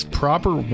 proper